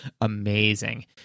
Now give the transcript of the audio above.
amazing